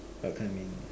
what I mean